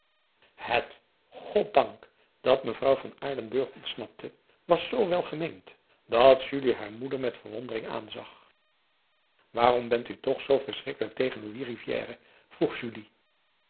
het goddank dat mevrouw van aardenburg ontsnapte was zoo welgemeend dat julie haar moeder met verwondering aanzag waarom bent u toch zoo verschrikkelijk tegen louis rivière vroeg julie